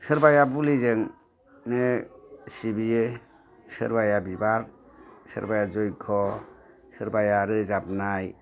सोरबाया बुलिजोंनो सिबियो सोरबाया बिबार सोरबाया जय्ग' सोरबाया रोजाबनाय